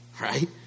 Right